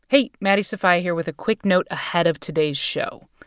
hey, maddie sofia here with a quick note ahead of today's show.